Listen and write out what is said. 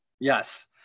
Yes